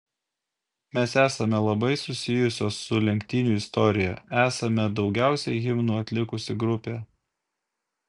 mes esame labai susijusios su lenktynių istorija esame daugiausiai himnų atlikusi grupė